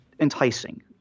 enticing